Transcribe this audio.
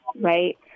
right